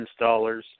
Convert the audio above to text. installers